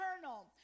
eternal